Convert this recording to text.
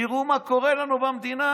תראו מה קורה לנו במדינה.